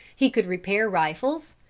he could repair rifles,